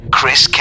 Chris